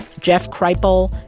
jeff kripal,